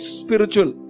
spiritual